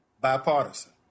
bipartisan